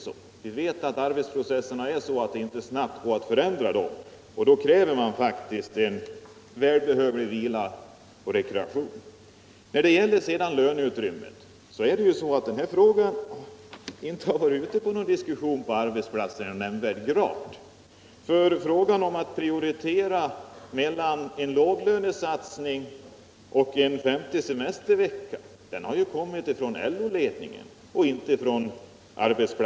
Men vi vet ju att arbetsplatserna är sådana att det inte går att snabbt förändra dem, och då krväs det att arbetarna får en välbehövlig vila och rekreation. Vad sedan gäller löneutrymmet har ju denna fråga inte diskuterats i nämnvärd grad ute på arbetsplatserna. Frågan att prioritera mellan en låglönesatsning och en femte semestervecka har inte tagits upp ute på arbetsplatserna, utan det är LO-ledningen som har gjort det.